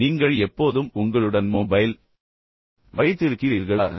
நீங்கள் எப்போதும் உங்களுடன் மொபைல் வைத்திருக்கிறீர்களா